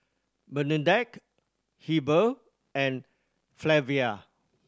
Bernadette Heber and Flavia